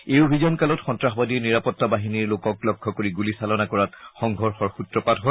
এই অভিযানকালত সন্ত্ৰাসবাদীয়ে নিৰাপত্তা বাহিনীৰ লোকক লক্ষ্য কৰি গুলী চালনা কৰাত সংঘৰ্ষৰ সুত্ৰপাত হয়